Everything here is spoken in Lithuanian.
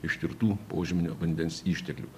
ištirtų požeminio vandens išteklių